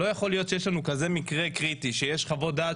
לא יכול להיות שיש לנו כזה מקרה קריטי שיש חוות דעת